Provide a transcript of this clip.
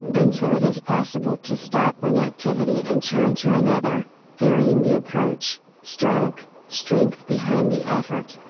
until it is possible to stop one activity and turn to another, varying the approach, stroke, strength behind the effort,